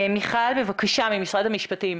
מיכל, בבקשה, ממשרד המשפטים.